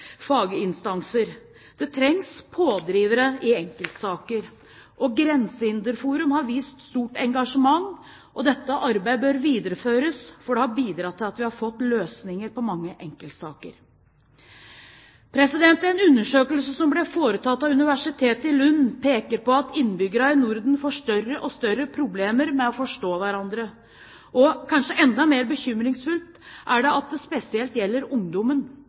faginstanser. Det trengs pådrivere i enkeltsaker, og Grensehinderforum har vist stort engasjement. Dette arbeidet bør videreføres, for det har bidratt til at vi har fått løsninger på mange enkeltsaker. En undersøkelse som ble foretatt av Universitetet i Lund, peker på at innbyggerne i Norden får større og større problemer med å forstå hverandre, og kanskje enda med bekymringsfullt er det at dette spesielt gjelder ungdommen.